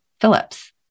Phillips